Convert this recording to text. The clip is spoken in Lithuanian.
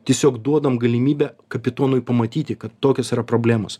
tiesiog duodam galimybę kapitonui pamatyti kad tokios yra problemos